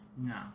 No